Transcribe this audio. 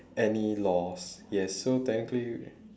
any laws yes so technically